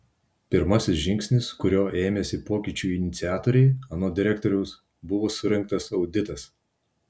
pirmasis žingsnis kurio ėmėsi pokyčių iniciatoriai anot direktoriaus buvo surengtas auditas